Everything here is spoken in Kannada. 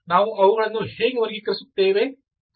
ನಾವು ಅವುಗಳನ್ನು ಹೇಗೆ ವರ್ಗೀಕರಿಸುತ್ತೇವೆ